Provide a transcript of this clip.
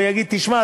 ויגיד: תשמע,